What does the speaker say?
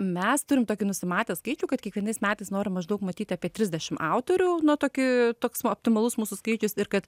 mes turim tokį nusimatę skaičių kad kiekvienais metais norim maždaug matyti apie trisdešim autorių nu tokį toks optimalus mūsų skaičius ir kad